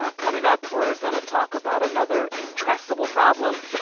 ah coming up, we're going to talk about another intractable problem.